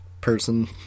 person